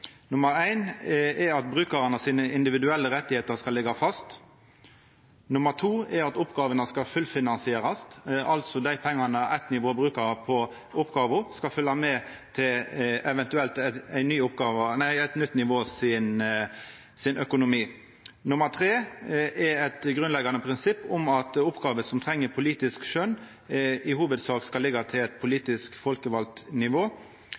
om ein ikkje er einige om absolutt alt. For oss i Framstegspartiet er det fire viktige prinsipp når me skal diskutera oppgåveflytting mellom nivå. Brukarane sine individuelle rettar skal liggja fast. Oppgåvene skal fullfinansierast, altså at dei pengane eitt nivå brukar på oppgåva, skal følgja med til eit eventuelt nytt nivå sin økonomi. Det er eit grunnleggjande prinsipp at oppgåver som treng politisk skjøn, i hovudsak skal liggja til eit politisk folkevalt nivå.